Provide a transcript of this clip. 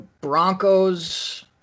Broncos